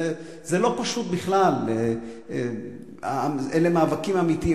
זה לא פשוט בכלל, אלה מאבקים אמיתיים.